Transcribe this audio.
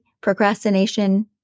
procrastination